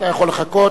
אתה יכול לחכות.